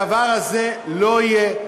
הדבר הזה לא יהיה,